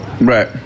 Right